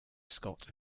scot